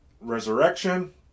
resurrection